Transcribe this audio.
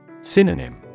Synonym